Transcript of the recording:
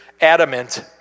adamant